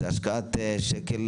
כל שקל